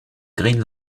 green